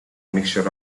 mixture